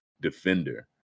defender